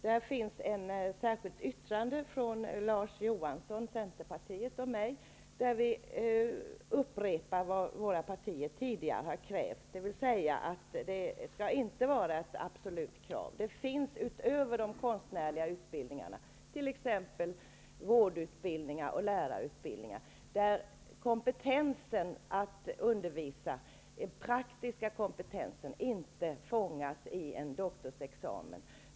Det finns ett särskilt yttrande från Larz Johansson, Centerpartiet, och mig i vilket vi upprepar vad våra partier tidigare har krävt, nämligen att detta inte skall vara ett absolut krav. Utöver de konstnärliga utbildningarna finns det t.ex. vårdutbildningar och lärarutbildningar, där den praktiska kompetensen att undervisa inte fångas i en doktorsexamen.